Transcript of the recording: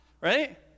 Right